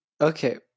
okay